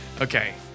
Okay